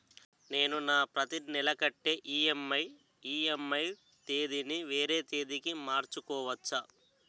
నేను నా ప్రతి నెల కట్టే ఈ.ఎం.ఐ ఈ.ఎం.ఐ తేదీ ని వేరే తేదీ కి మార్చుకోవచ్చా?